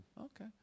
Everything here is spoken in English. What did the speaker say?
Okay